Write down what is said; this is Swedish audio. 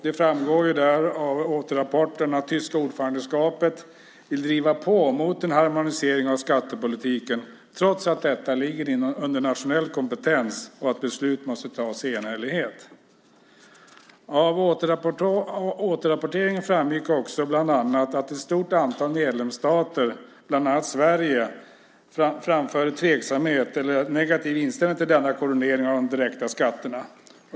Det framgår av återrapporten att det tyska ordförandeskapet vill driva på mot en harmonisering av skattepolitiken trots att detta ligger under nationell kompetens och att beslut måste fattas i enhällighet. Av återrapporteringen framgick också bland annat att ett stort antal medlemsstater, bland dem Sverige, framförde tveksamhet eller hade en negativ inställning till denna koordinering av de direkta skatterna.